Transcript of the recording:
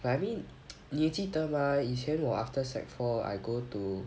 but I mean 你记得吗以前我 after sec four I go to